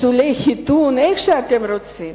פסולי חיתון, איך שאתם רוצים.